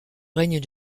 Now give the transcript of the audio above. règne